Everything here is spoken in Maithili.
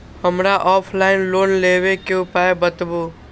हमरा ऑफलाइन लोन लेबे के उपाय बतबु?